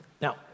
Now